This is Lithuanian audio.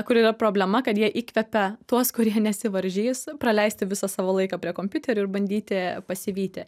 kur yra problema kad jie įkvepia tuos kurie nesivaržys praleisti visą savo laiką prie kompiuterio ir bandyti pasivyti